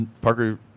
Parker